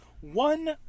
One